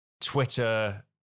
Twitter